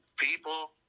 People